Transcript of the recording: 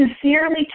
sincerely